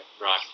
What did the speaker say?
Right